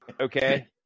Okay